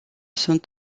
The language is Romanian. sunt